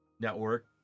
network